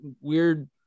weird –